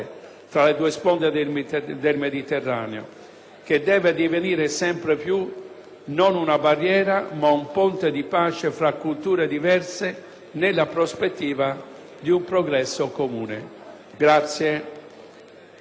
tra le due sponde del Mediterraneo, che deve divenire sempre di più non una barriera, ma un ponte di pace fra culture diverse nella prospettiva di un progresso comune.